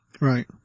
Right